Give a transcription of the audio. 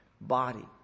body